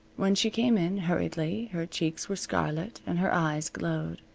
when she came in, hurriedly, her cheeks were scarlet and her eyes glowed.